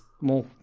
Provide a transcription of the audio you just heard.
more